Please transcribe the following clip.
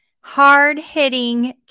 hard-hitting